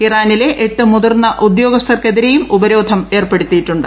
ഇറാനിലെ എട്ട് മുതിർന്ന ഈ ഉദ്യോഗസ്ഥർക്കെതിരെയും ഉപരോധം ഏർപ്പെടുത്തിയിട്ടുണ്ട്